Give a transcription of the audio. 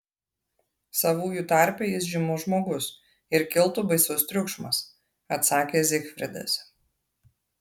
savųjų tarpe jis žymus žmogus ir kiltų baisus triukšmas atsakė zigfridas